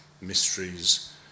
mysteries